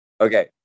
Okay